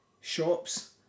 shops